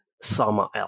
Samael